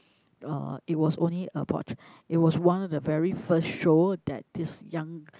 uh it was only about it was one of the very first show that this young